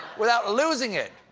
without losing it.